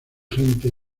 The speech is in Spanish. gente